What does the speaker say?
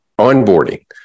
onboarding